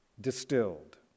distilled